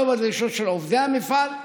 לא בדרישות של עובדי המפעל.